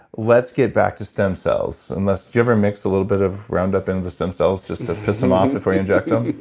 let's get back to stem cells. unless if you ever mix a little bit of roundup in the stem cells just to piss them off if we inject them?